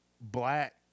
Black